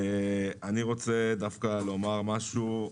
אני רוצה דווקא לומר משהו.